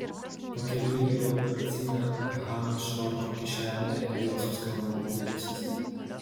pakeliui į operacinę hanos švarko kišenėje vėl suskambo mobilusis